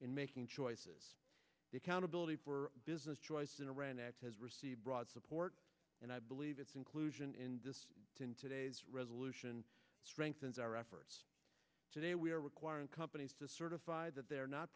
in making choices they count ability for business choice in iran as has received broad support and i believe its inclusion in this in today's resolution strengthens our efforts today we are requiring companies to certify that they are not